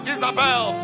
Isabel